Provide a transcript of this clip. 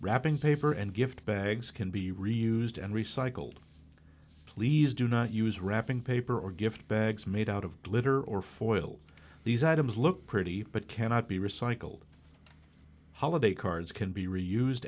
wrapping paper and gift bags can be reused and recycled please do not use wrapping paper or gift bags made out of glitter or for oil these items look pretty but cannot be recycled holiday cards can be re